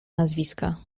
nazwiska